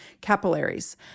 capillaries